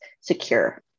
secure